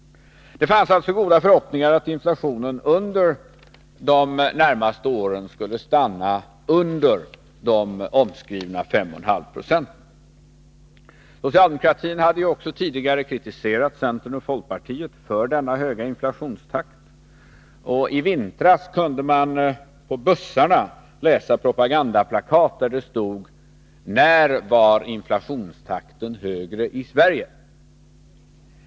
Det fanns alltså goda förhoppningar om att inflationen under de kommande åren skulle stanna under omskrivna 5,5 9. Socialdemokratin kritiserade ju tidigare centern och folkpartiet för den höga inflationstakten. I vintras kunde man på bussarna finna propagandaplakat från LO, där det stod: När var inflationstakten högre i Sverige?